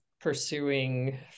pursuing